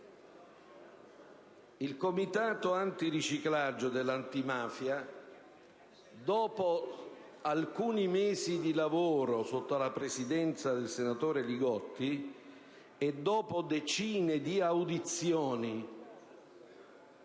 Il Comitato antiriciclaggio dell'Antimafia, dopo alcuni mesi di lavoro, sotto la presidenza del senatore Li Gotti, e dopo decine di audizioni